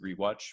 rewatch